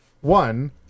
One